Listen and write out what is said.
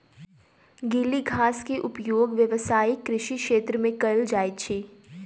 गीली घास के उपयोग व्यावसायिक कृषि क्षेत्र में कयल जाइत अछि